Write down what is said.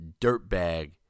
Dirtbag